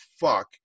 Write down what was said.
fuck